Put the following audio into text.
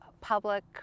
public